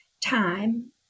time